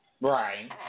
Right